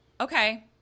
Okay